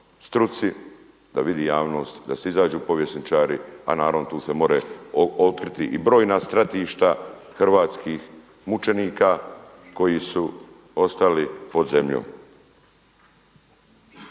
struci da vidi javnost, da izađu povjesničari, a naravno tu se more otkriti i brojna stratišta hrvatskih mučenika koji su ostali pod zemljom.